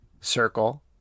circle